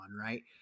right